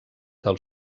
del